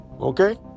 okay